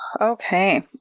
okay